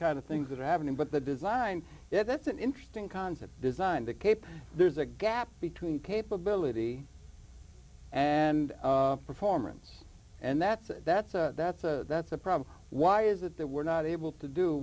kind of things that are happening but the design yeah that's an interesting concept designed to keep there's a gap between capability and performance and that's a that's a that's a that's a problem why is it that we're not able to do